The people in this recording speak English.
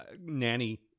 Nanny